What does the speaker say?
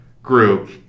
Group